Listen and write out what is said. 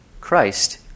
Christ